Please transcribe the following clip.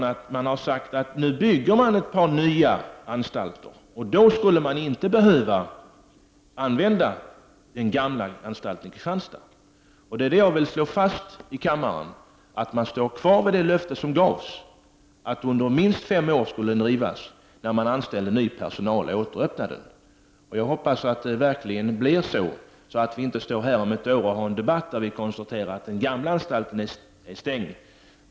Men det har också sagts att nu bygger man ett par nya anstalter, och då skulle man inte behöva den gamla anstalten i Kristianstad. Jag vill ha fastslagit här i kammaren att man står kvar vid det löfte som gavs när man anställde ny personal och åter öppnade den gamla anstalten, att den skall drivas under minst fem år. Jag hoppas att det blir så och vi inte står här om ett år och konstaterar att den gamla anstalten är stängd.